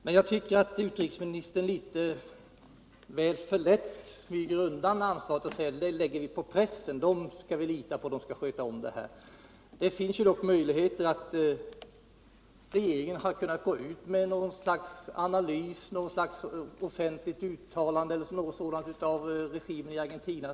Men jag tycker att utrikesministern litet för lätt smyger undan från ansvaret och säger, att det skall ligga på pressen, att vi skall lita på att den skall sköta om detta. Regeringen hade till att börja med haft möjligheter att gå ut med något slags analys, ett offentligt uttalande eller något sådant, beträffande regimen i Argentina.